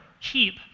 keep